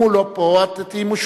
אם הוא לא פה, את תהיי משוחררת.